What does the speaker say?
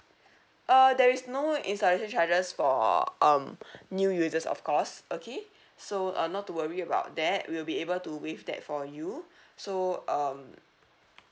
uh there is no installation charges for um new users of course okay so uh not to worry about that we'll be able to waive that for you so um